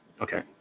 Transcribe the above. Okay